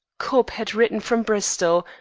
cobb had written from bristol,